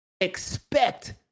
Expect